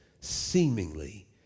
seemingly